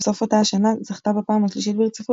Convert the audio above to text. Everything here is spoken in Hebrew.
בסוף אותה השנה זכתה בפעם השלישית ברציפות